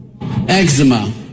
eczema